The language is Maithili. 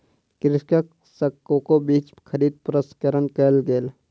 कृषक सॅ कोको बीज खरीद प्रसंस्करण कयल गेल